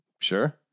Sure